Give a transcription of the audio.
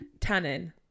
Tannin